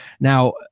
Now